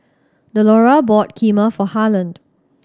Delora bought Kheema for Harland